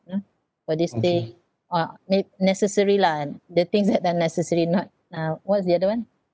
you know for this thing uh may~ necessary lah the things that that are necessary not uh what's the other one